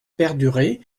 perdurer